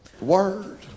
Word